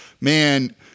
man